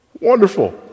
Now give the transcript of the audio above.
Wonderful